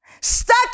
Stuck